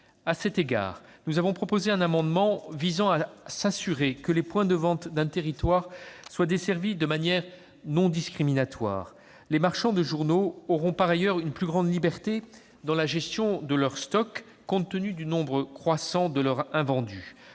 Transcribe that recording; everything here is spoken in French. À cet égard, nous avons proposé un amendement visant à garantir que les différents points de vente d'un territoire soient desservis de manière non discriminatoire. Les marchands de journaux auront par ailleurs une plus grande liberté dans la gestion de leurs stocks, compte tenu du nombre croissant de leurs invendus.